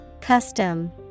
Custom